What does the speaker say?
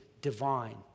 divine